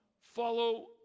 follow